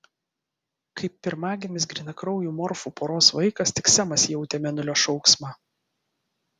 kaip pirmagimis grynakraujų morfų poros vaikas tik semas jautė mėnulio šauksmą